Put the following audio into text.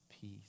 peace